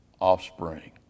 offspring